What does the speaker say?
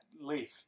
leaf